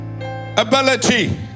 Ability